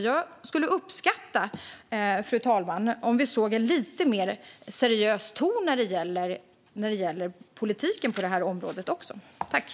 Jag skulle uppskatta en lite mer seriös ton när det gäller politiken på det här området, fru talman.